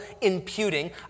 imputing